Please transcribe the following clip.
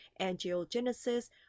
angiogenesis